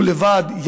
ולבד,